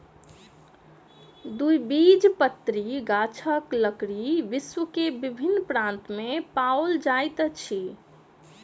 द्विबीजपत्री गाछक लकड़ी विश्व के विभिन्न प्रान्त में पाओल जाइत अछि